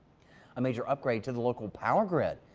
a major upgrade to the local power grid.